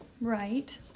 right